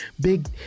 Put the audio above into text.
Big